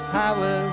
power